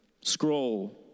scroll